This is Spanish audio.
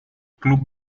club